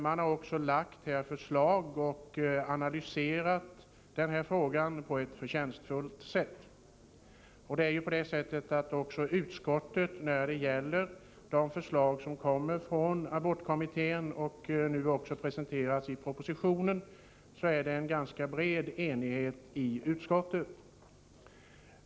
Den har lagt fram förslag och analyserat denna fråga på ett förtjänstfullt sätt. När det gäller de förslag som kommit från abortkommittén och som nu också presenteras i propositionen råder en ganska bred enighet i utskottet.